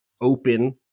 open